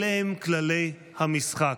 אלה הם כללי המשחק: